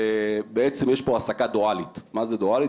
בעצם, יש פה העסקה דואלית, מה זה דואלית?